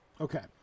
Okay